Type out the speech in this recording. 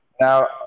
Now